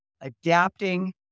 adapting